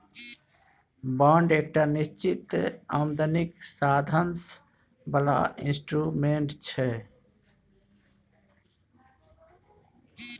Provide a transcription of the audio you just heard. bond एकटा निश्चित आमदनीक साधंश बला इंस्ट्रूमेंट छै